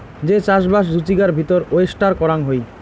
যে চাষবাস জুচিকার ভিতর ওয়েস্টার করাং হই